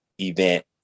event